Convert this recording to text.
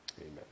Amen